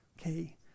Okay